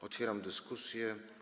Otwieram dyskusję.